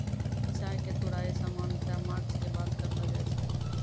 चाय के तुड़ाई सामान्यतया मार्च के बाद करलो जाय छै